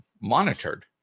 monitored